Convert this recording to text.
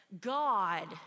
God